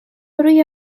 روی